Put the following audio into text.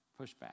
pushback